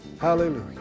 Hallelujah